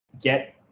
get